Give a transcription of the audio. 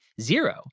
zero